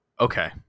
Okay